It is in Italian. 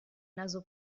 naso